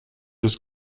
des